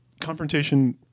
confrontation